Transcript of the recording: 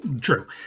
True